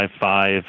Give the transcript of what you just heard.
five